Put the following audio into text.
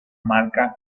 marca